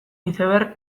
iceberg